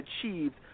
achieved